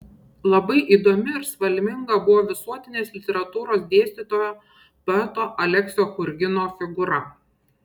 labai įdomi ir spalvinga buvo visuotinės literatūros dėstytojo poeto aleksio churgino figūra